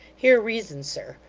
hear reason, sir.